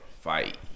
Fight